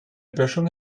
böschung